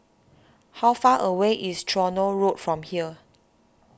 how far away is Tronoh Road from here